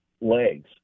legs